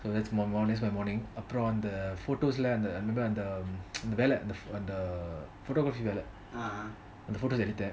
so that's my that's my morning அப்புறம் அந்த:apram antha photos அந்த அந்த வெல்ல அந்த அந்த:antha antha vella antha antha photography வெல்ல அந்த:vella antha photos எடுத்தான்:yeaduthan